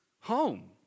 home